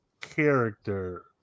character